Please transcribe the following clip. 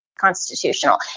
constitutional